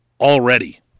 already